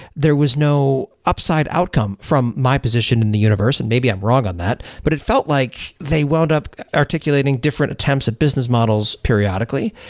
there was no upside outcome from my position in the universe, and maybe i'm wrong on that, but it felt like they wound up articulating different attempts at business models periodically.